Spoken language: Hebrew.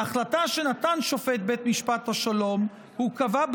בהחלטה שנתן שופט בית משפט השלום הוא קבע,